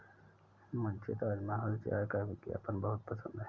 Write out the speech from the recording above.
मुझे ताजमहल चाय का विज्ञापन बहुत पसंद है